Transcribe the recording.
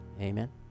amen